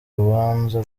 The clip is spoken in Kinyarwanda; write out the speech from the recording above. rubanza